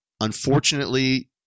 unfortunately –